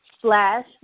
slash